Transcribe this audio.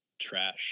trash